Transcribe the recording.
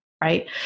right